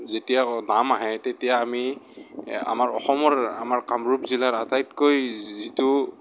যেতিয়া নাম আহে তেতিয়া আমি আমাৰ অসমৰ আমাৰ কামৰূপ জিলাৰ আটাইতকৈ যিটো